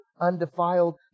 undefiled